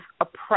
oppressed